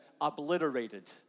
obliterated